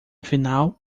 final